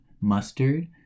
mustard